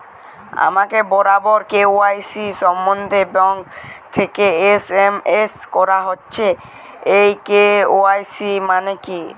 আমাকে বারবার কে.ওয়াই.সি সম্বন্ধে ব্যাংক থেকে এস.এম.এস করা হচ্ছে এই কে.ওয়াই.সি মানে কী?